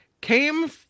came